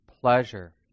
pleasure